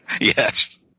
Yes